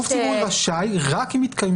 אם אודליה ממרשם האוכלוסין תוכל להתייחס ולהשלים